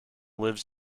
lives